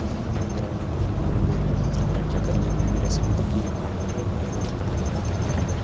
घरा आहले गी नेई पुच्छी दी होग ते चैक करी लेई रेसिपी दिक्खी खाने पीने ते